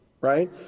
right